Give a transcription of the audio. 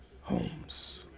homes